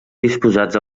disposats